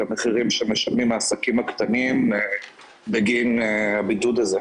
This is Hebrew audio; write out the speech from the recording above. למחירים שמשלמים העסקים הקטנים בגין הבידוד הזה.